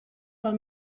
pel